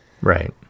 right